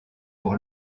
pour